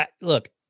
Look